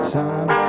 time